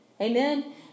Amen